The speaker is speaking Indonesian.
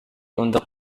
untuk